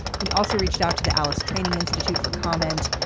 we also reached out to the alice training institute for comment.